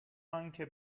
انکه